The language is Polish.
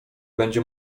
będzie